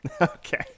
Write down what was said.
okay